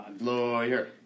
Lawyer